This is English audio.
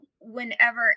whenever